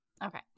Okay